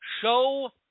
Show